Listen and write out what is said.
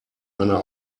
einer